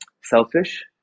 Selfish